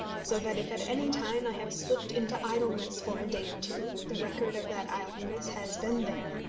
so that if at any time i have slipped into idleness for a day or two, the record of that idleness has been there,